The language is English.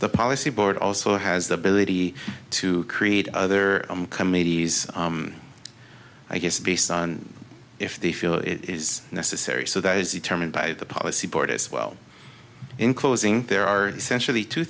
the policy board also has the ability to create other committees i guess based on if they feel it is necessary so that is determined by the policy board as well in closing there are essentially two